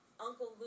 Uncle